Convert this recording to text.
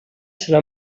serà